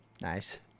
Nice